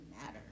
matter